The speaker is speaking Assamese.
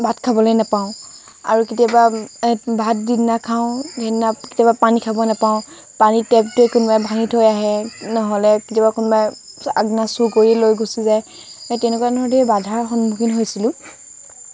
ভাত খাবলৈ নাপাওঁ আৰু কেতিয়াবা ভাত যিদিনা খাওঁ সেইদিনা কেতিয়াবা পানী খাব নাপাওঁ পানী টেপটো কোনোবাই ভাঙি থৈ আহে নহ'লে কেতিয়াবা কোনোবাই আগদিনা চোৰ কৰিয়ে লৈ গুচি যায় সেই তেনেকুৱা ধৰণৰ ধেৰ বাধাৰ সন্মুখীন হৈছিলোঁ